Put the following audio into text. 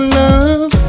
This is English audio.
love